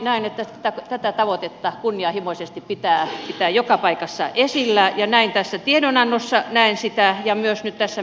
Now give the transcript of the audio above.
näin näen että tätä tavoitetta kunnianhimoisesti pitää pitää joka paikassa esillä ja näin tässä tiedonannossa näen sitä ja kun myös nyt tässä